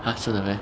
!huh! 真的 meh